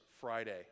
Friday